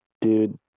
dude